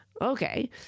okay